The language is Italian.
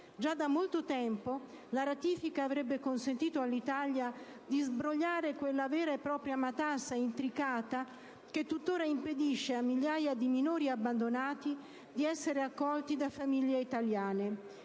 Già da molto tempo la ratifica avrebbe consentito all'Italia di sbrogliare quella vera e propria intricata matassa che tuttora impedisce a migliaia di minori abbandonati di essere accolti da famiglie italiane.